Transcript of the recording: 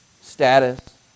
status